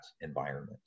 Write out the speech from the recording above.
environment